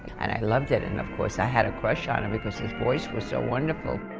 and i loved it, and of course i had a crush on him because his voice was so wonderful.